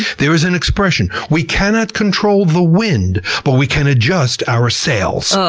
there is an expression we cannot control the wind, but we can adjust our sails. so